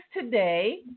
today